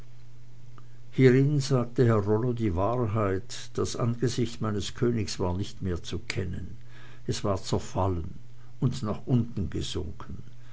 hierin sagte herr rollo die wahrheit das angesicht meines königs war nicht mehr zu kennen es war zerfallen und nach unten gesunken